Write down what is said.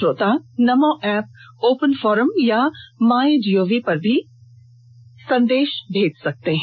श्रोता Namo app open forum या my gov पर भी संदेश भेज सकते हैं